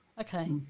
Okay